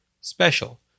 special